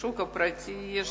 בשוק הפרטי יש